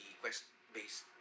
quest-based